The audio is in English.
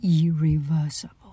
irreversible